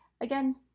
again